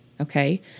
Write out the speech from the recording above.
okay